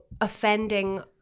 offending